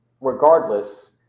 regardless